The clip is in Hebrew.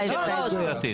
נוכחים, ההסתייגויות מוסרות.